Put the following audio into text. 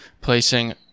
placing